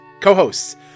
Co-hosts